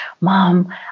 Mom